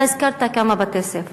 אתה הזכרת כמה בתי-ספר